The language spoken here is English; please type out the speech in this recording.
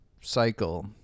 cycle